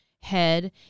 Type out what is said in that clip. head